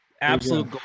absolute